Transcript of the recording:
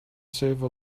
save